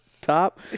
top